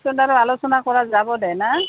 পিছত আৰু আলোচনা কৰা যাব দে না